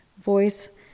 Voice